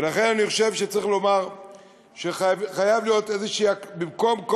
לכן אני חושב שצריך לומר שבמקום כל